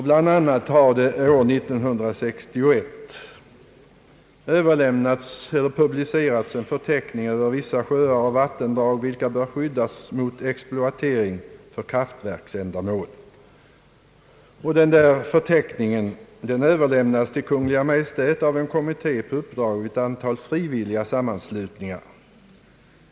Bl.a. publicerades redan år 1954 en förteckning över vissa sjöar och vattendrag, vilka bör skyddas mot exploatering för kraftverksändamål. Denna förteckning överlämnades till Kungl. Maj:t av en kommitté på uppdrag av ett antal frivilliga sammanslutningar.